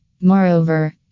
Moreover